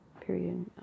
Period